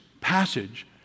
passage